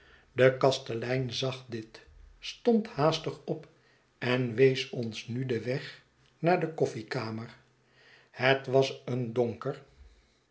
de kastelein zag dit stond haastig op en wees ons nu den weg naar de koffiekamer het was een donker